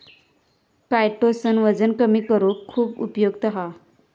chitosan वजन कमी करुक खुप उपयुक्त हा